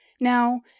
Now